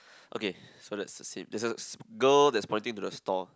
okay so that's the same there's a girl that's pointing to the stall